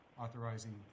authorizing